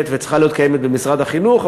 וצריכה להיות קיימת במשרד החינוך.